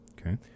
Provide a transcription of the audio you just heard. Okay